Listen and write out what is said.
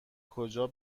کجا